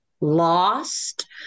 lost